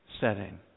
setting